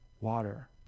water